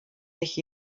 sich